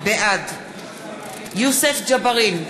בעד יוסף ג'בארין,